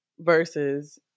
versus